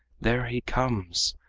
there he comes!